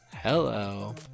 Hello